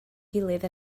gilydd